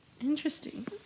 Interesting